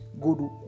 good